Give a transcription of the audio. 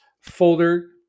folder